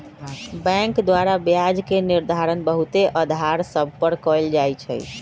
bank द्वारा ब्याज के निर्धारण बहुते अधार सभ पर कएल जाइ छइ